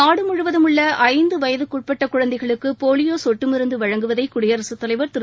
நாடு முழுவதும் உள்ள ஐந்து வயதுக்குட்பட்ட குழந்தைகளுக்கு போலியோ சொட்டு மருந்து வழங்குவதை குடியரசுத் தலைவர் திரு